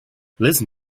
listen